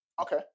Okay